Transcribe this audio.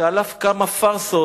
שעל אף כמה פארסות,